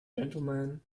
gentlemen